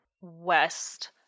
west